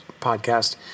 podcast